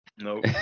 Nope